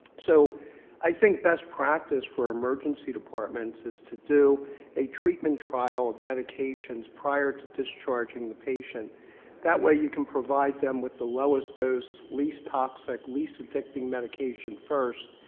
so i think best practice for emergency departments is to do a treatment trial of medications prior to discharging the patient that way, you can provide them with the lowest dose, least toxic, least addicting medication first,